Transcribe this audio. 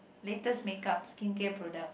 latest make up skin care products